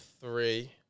three